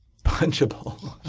punchable?